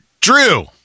Drew